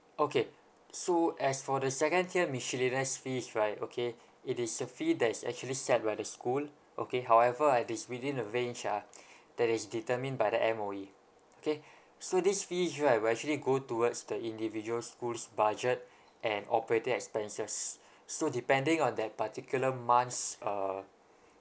okay so as for the second tier miscellaneous fees right okay it is a fee that is actually set by the school okay however ah it is within a range ah that is determined by the M_O_E okay so this fees right will actually go towards the individual school's budget and operating expenses so depending on that particular month's uh